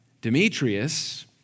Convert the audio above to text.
Demetrius